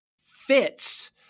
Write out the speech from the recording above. fits